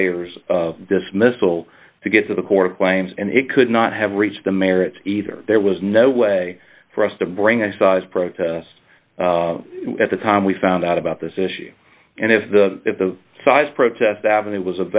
layers of dismissal to get to the court of claims and it could not have reached the merits either there was no way for us to bring a size protest at the time we found out about this issue and if the if the size protest avenue was